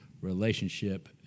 relationship